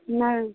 नहि